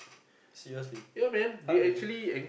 seriously !huh! really